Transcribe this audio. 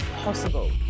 possible